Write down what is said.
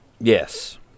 yes